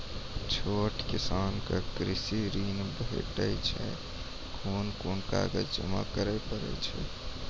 छोट किसानक कृषि ॠण भेटै छै? कून कून कागज जमा करे पड़े छै?